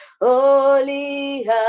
Holy